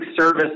service